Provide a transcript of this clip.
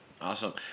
Awesome